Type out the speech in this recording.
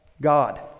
God